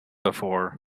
before